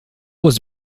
was